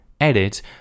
Edit